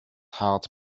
heart